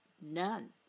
none